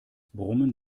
brummen